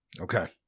Okay